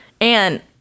And-